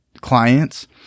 clients